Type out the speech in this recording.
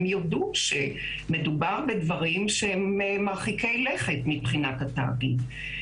הם יודו שמדובר בדברים שהם מרחיקי לכת מבחינת התאגיד.